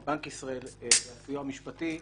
עם בנק ישראל והסיוע המשפטי.